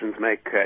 make